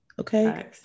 Okay